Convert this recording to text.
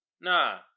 Nah